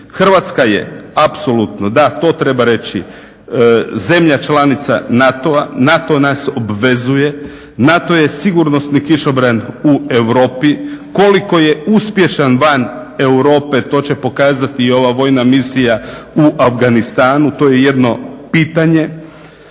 Hrvatska je apsolutno da to treba reći zemlja članica NATO-a, NATO nas obvezuje, NATO je sigurnosni kišobran u Europi. Koliko je uspješan van Europe to će pokazati ova vojna misija u Afganistanu? To je jedno pitanje.